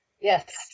Yes